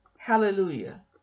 Hallelujah